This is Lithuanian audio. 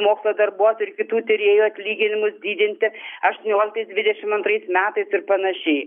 mokslo darbuotojų ir kitų tyrėjų atlyginimus didinti aštuonioliktais dvidešimt antrais metais ir panašiai